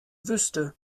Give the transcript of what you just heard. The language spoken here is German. wüsste